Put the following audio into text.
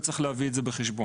וצריך להביא את זה בחשבון.